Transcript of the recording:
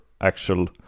actual